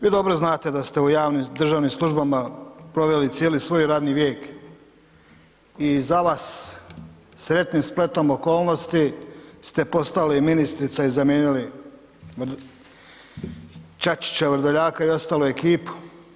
Vi dobro znate da ste u javnim, državnim službama, proveli cijelo svoj radni vijek i za vas sretnim spletom okolnosti ste postali ministrica i zamijenili Čačića, Vrdoljaka i ostalu ekipu.